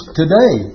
today